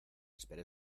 esperé